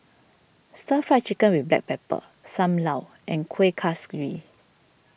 Stir Fried Chicken with Black Pepper Sam Lau and Kuih Kaswi